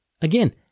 Again